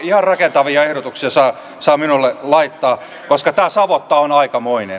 ihan rakentavia ehdotuksia saa minulle laittaa koska tämä savotta on aikamoinen